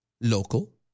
local